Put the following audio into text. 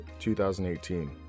2018